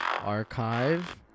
archive